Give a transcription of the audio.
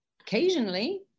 occasionally